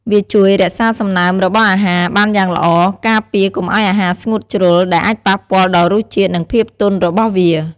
វាជួយ រក្សាសំណើមរបស់អាហារ បានយ៉ាងល្អ ការពារកុំឱ្យអាហារស្ងួតជ្រុល ដែលអាចប៉ះពាល់ដល់រសជាតិ និងភាពទន់របស់វា។